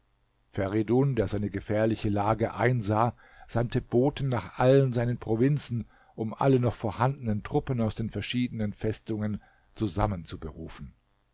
feridun der seine gefährliche lage einsah sandte boten nach allen seinen provinzen um alle noch vorhandenen truppen aus den verschiedenen festungen